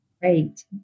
Great